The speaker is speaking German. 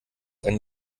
einem